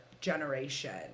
generation